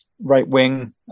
right-wing